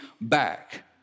back